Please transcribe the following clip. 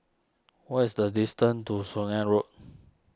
what is the distance to Swanage Road